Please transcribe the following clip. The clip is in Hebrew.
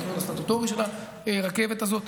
התכנון הסטטוטורי של הרכבת הזאת,